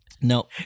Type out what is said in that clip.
No